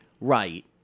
Right